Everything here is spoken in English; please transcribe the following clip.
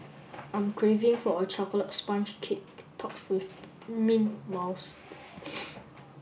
I'm craving for a chocolate sponge cake topped with mint mouse